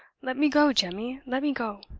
let me go, jemmy let me go.